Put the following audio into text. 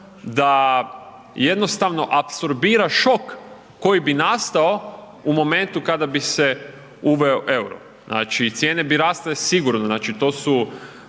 da jednostavno apsorbira šok koji bi nastao u momentu kada bi se uveo EUR-o. Znači, cijene bi rasle sigurno, znači to su